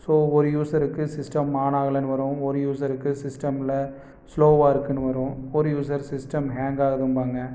so ஒரு யூஸருக்கு system on ஆகலைன்னு வரும் ஒரு யூஸருக்கு சிஸ்டம்ல ஸ்லோவாக இருக்குதுன்னு வரும் ஒரு யூஸர் சிஸ்டம் ஹேங் ஆகுதும்பாங்கள்